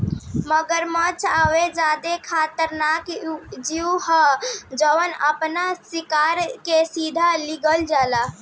मगरमच्छ एगो ज्यादे खतरनाक जिऊ ह जवन आपना शिकार के सीधे लिल जाला